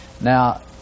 Now